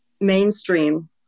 mainstream